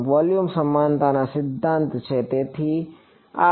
volume સમાનતા સિદ્ધાંત તેથી આ છે